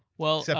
well, yeah